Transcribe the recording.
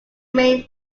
main